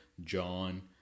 John